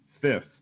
Fifth